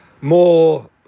more